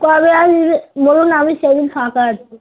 কবে আসবেন বলুন আমি সেদিন ফাঁকা আছি